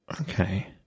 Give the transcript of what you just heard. Okay